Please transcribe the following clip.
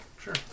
Sure